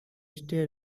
stay